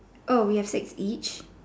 oh we have six each